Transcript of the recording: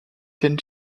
ten